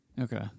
okay